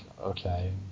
Okay